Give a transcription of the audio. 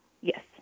Yes